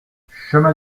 chemin